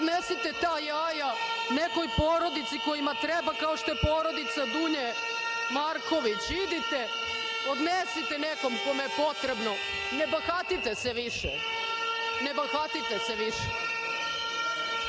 odnesite ta jaja nekoj porodici kojima treba kao što je porodica Dunje Markovići. Idite, odnesite, nekome je potrebno, ne bahatite se više. Nasilnici,